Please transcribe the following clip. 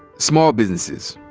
small businesses.